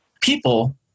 people